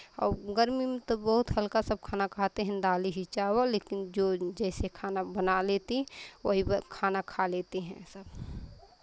और गर्मी में तो बहुत हल्का सब खाना खाते हैं दाल ही चावल लेकिन जो जैसे खाना बना लेतीं वही वह खाना खा लेती हैं सब